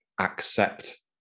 accept